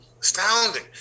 astounding